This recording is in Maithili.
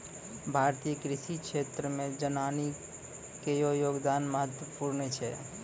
भारतीय कृषि क्षेत्रो मे जनानी केरो योगदान महत्वपूर्ण छै